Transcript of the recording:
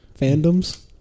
Fandoms